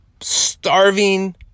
starving